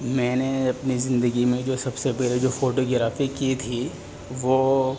میں نے اپنی زندگی میں جو سب سے پہلے جو فوٹوگرافی کی تھی وہ